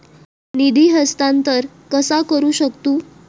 निधी हस्तांतर कसा करू शकतू?